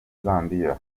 zambia